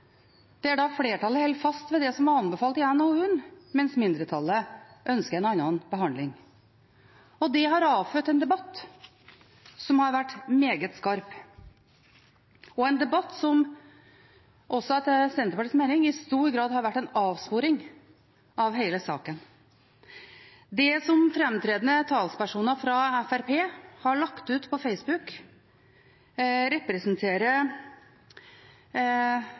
der flertallet holder fast ved det som var anbefalt i NOU-en, mens mindretallet ønsker en annen behandling. Det har avfødt en debatt som har vært meget skarp, og en debatt som også etter Senterpartiets mening i stor grad har vært en avsporing av hele saken. Det som framtredende talspersoner fra Fremskrittspartiet har lagt ut på